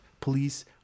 police